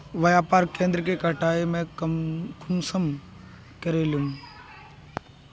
व्यापार केन्द्र के कटाई में कुंसम करे लेमु?